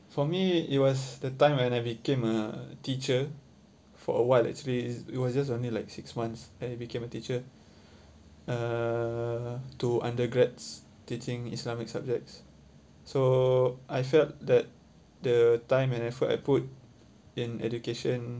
for me it was the time when I became a teacher for a while actually it was just only like six months and I became a teacher to undergrads teaching islamic subjects so I felt that the time and effort I put in education